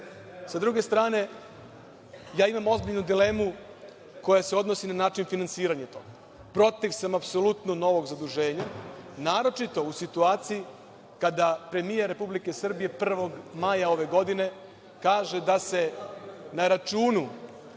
S druge strane, ja imam ozbiljnu dilemu koja se odnosi na način finansiranja toga. Protiv sam, apsolutno, novog zaduženja, naročito u situaciji kada premijer Republike Srbije 1. maja ove godine kaže da se na računu